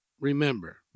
remember